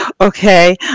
Okay